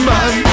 Man